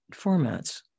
formats